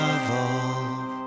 evolve